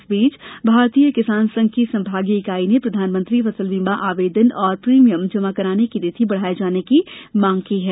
इस बीच भारतीय किसान संघ की संभागीय इकाई ने प्रधानमंत्री फसल बीमा आवेदन व प्रीमियम जमा कराने की तिथि बढ़ाये जाने की मांग की है